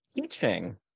Teaching